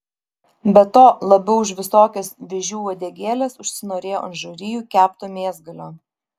be to labiau už visokias vėžių uodegėles užsinorėjau ant žarijų kepto mėsgalio